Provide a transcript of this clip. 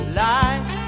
life